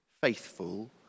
faithful